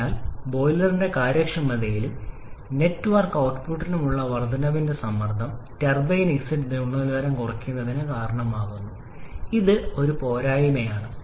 അതിനാൽ ബോയിലറിന്റെ കാര്യക്ഷമതയിലും നെറ്റ്വർക്ക് ഔട്ട്പുട്ടിലുമുള്ള വർദ്ധനവിന്റെ സമ്മർദ്ദം ടർബൈൻ എക്സിറ്റ് ഗുണനിലവാരം കുറയ്ക്കുന്നതിന് കാരണമാകുന്നു ഇത് ഒരു പോരായ്മയാണ്